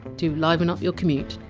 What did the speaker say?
to liven up your commute,